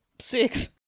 six